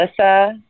Alyssa